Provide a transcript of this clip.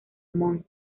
montt